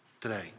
today